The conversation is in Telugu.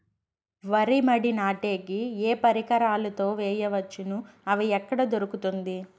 వరి మడి నాటే కి ఏ పరికరాలు తో వేయవచ్చును అవి ఎక్కడ దొరుకుతుంది?